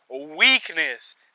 weakness